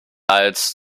als